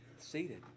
seated